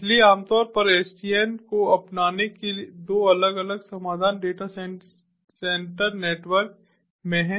इसलिए आमतौर पर एसडीएन को अपनाने के दो अलग अलग समाधान डेटा सेंटर नेटवर्क में हैं